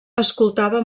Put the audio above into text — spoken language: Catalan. escoltava